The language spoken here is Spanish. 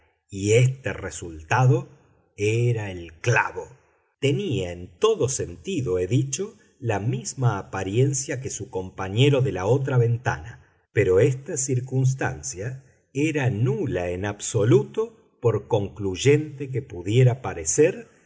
y este resultado era el clavo tenía en todo sentido he dicho la misma apariencia que su compañero de la otra ventana pero esta circunstancia era nula en absoluto por concluyente que pudiera parecer